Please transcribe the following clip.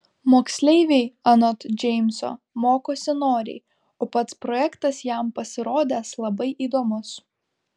moksleiviai anot džeimso mokosi noriai o pats projektas jam pasirodęs labai įdomus